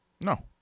No